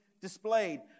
displayed